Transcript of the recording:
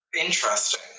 interesting